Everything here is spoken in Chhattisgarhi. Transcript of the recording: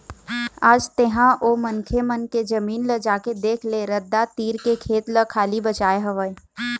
आज तेंहा ओ मनखे मन के जमीन ल जाके देख ले रद्दा तीर के खेत ल खाली बचाय हवय